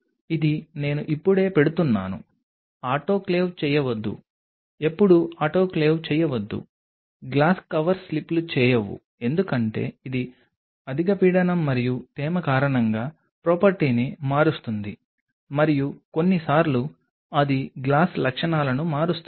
ఇది నేను ఇప్పుడే పెడుతున్నాను ఆటోక్లేవ్ చేయవద్దు ఎప్పుడూ ఆటోక్లేవ్ చేయవద్దు గ్లాస్ కవర్ స్లిప్లు చేయవు ఎందుకంటే ఇది అధిక పీడనం మరియు తేమ కారణంగా ఆస్తిని మారుస్తుంది మరియు కొన్నిసార్లు అది గ్లాస్ లక్షణాలను మారుస్తుంది